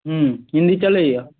ह्म्म हिंदी चलैए